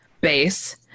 base